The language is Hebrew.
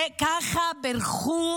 ככה בירכו